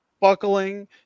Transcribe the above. buckling